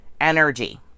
energy